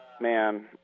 man